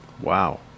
Wow